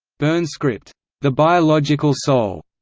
byrne's script the biological soul,